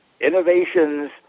innovations